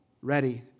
ready